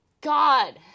God